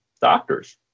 doctors